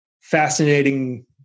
fascinating